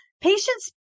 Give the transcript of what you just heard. patients